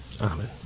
Amen